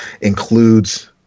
includes